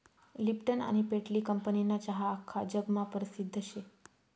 Lipton आनी Tetley कंपनीना चहा आख्खा जगमा परसिद्ध शे